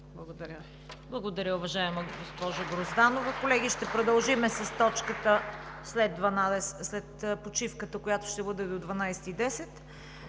Благодаря Ви, уважаема госпожо Грозданова. Колеги, ще продължим с точката след почивката, която ще бъде до 12,10